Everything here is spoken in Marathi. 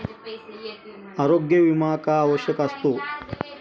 आरोग्य विमा का आवश्यक असतो?